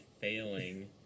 failing